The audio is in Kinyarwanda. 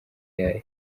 yayo